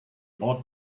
ought